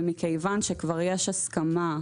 ומכיוון שכבר יש הסכמה,